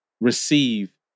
receive